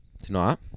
Tonight